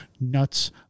nuts